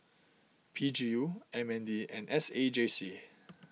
P G U M N D and S A J C